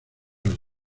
las